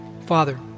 Father